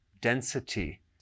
density